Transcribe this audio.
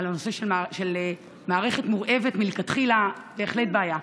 הנושא של מערכת מורעבת מלכתחילה, בהחלט בעיה.